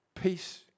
Peace